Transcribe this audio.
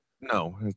no